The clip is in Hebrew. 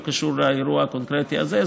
לא קשור לאירוע הקונקרטי הזה,